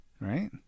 right